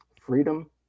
freedom